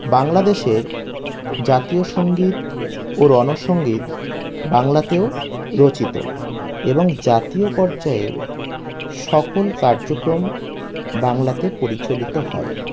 বাংলাদেশের জাতীয় সঙ্গীত ও রণ সঙ্গীত বাংলাতেও রচিত এবং জাতীয় পর্যায়ের সকল কার্যক্রম বাংলাতে পরিচালিত হয়